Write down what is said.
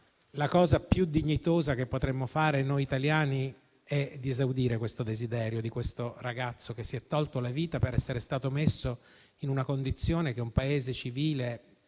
la cosa più dignitosa che potremmo fare noi italiani è esaudire il desiderio di questo ragazzo, che si è tolto la vita per essere stato messo in una condizione che un Paese civile